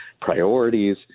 priorities